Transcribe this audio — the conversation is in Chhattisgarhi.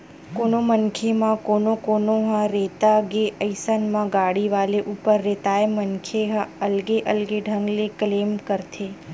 कोनो मनखे म कोनो कोनो ह रेता गे अइसन म गाड़ी वाले ऊपर रेताय मनखे ह अलगे अलगे ढंग ले क्लेम करथे